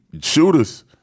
Shooters